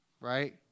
right